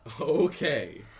Okay